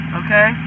okay